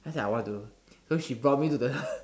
then I said I want to so she brought me to the